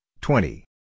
twenty